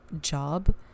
job